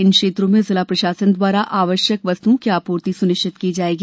इन क्षेत्रों में जिला प्रशासन आवश्यक वस्तुओं की आपूर्ति सुनिश्चित की जाएगी